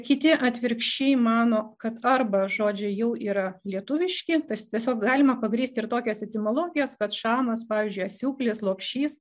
kiti atvirkščiai mano kad arba žodžiai jau yra lietuviški tas tiesiog galima pagrįsti ir tokias etimologijas kad šamas pvzydžiui asiūklis lopšys